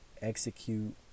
execute